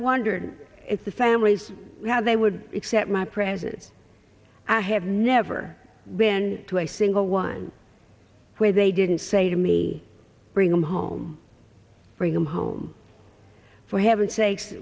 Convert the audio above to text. wondered if the families had they would except my president i have never been to a single line where they didn't say to me bring them home bring them home for heaven's sakes